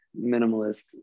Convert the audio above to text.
minimalist